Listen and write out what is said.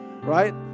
Right